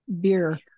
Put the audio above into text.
beer